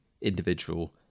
individual